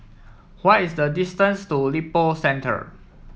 why is the distance to Lippo Centre